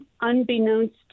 unbeknownst